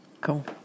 Cool